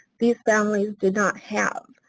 these families do not have.